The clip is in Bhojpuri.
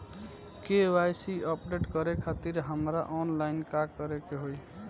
के.वाइ.सी अपडेट करे खातिर हमरा ऑनलाइन का करे के होई?